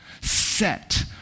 set